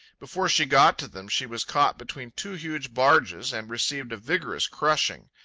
before she got to them she was caught between two huge barges and received a vigorous crushing.